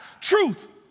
truth